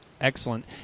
Excellent